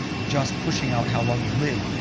just pushing out how long you live.